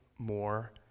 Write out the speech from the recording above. more